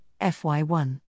FY1